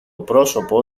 πρόσωπο